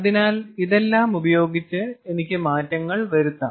അതിനാൽ ഇതെല്ലാം ഉപയോഗിച്ച് എനിക്ക് മാറ്റങ്ങൾ വരുത്താം